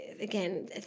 again